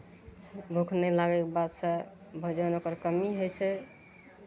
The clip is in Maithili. भूख नहि लागैके बादसँ भोजन ओकर कमी होइ छै